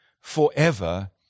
forever